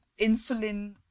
insulin